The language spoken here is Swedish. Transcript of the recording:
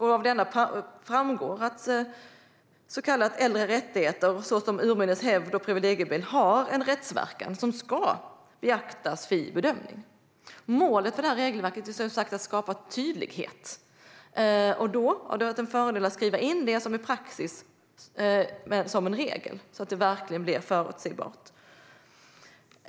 Av denna framgår att så kallade äldre rättigheter, såsom urminnes hävd och privilegiebrev, har en rättsverkan som ska beaktas vid bedömning. Målet med regelverket är som sagt att skapa tydlighet. Därför har det varit en fördel att skriva in det som är praxis som en regel, så att det verkligen blir förutsägbart.